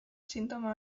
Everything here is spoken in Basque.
sintoma